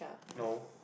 no